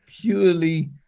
purely